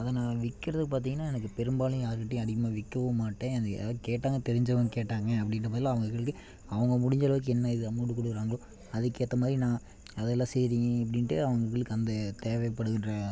அதை நான் விக்கிறது பார்த்திங்கன்னா எனக்கு பெரும்பாலும் யாருக்கிட்டேயும் அதிகமாக விற்கவும் மாட்டேன் அது யாராது கேட்டாங்க தெரிஞ்சவங்க கேட்டாங்க அப்படின்ற மாரிலாம் அவுங்களுக்கு அவங்க முடிஞ்ச அளவுக்கு என்ன இது அமௌண்ட்டு கொடுக்குறாங்களோ அதுக்கேற்ற மாதிரி நான் அதுகளை சரி அப்படின்ட்டு அவங்கவுங்களுக்கு அந்த தேவைப்படுகின்ற